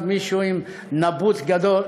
כי יכול להיות שמאחוריך ניצב מישהו עם נבוט גדול,